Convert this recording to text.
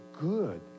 good